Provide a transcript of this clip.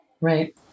Right